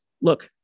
look